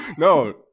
No